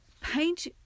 Paint